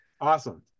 awesome